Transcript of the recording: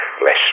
flesh